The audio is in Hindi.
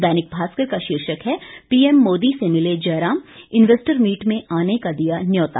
दैनिक भास्कर का शीर्षक है पीएम मोदी से मिले जयराम इन्वेस्टर मीट में आने का दिया न्यौता